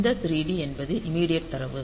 இந்த 3d என்பது immediate தரவு